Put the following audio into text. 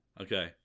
okay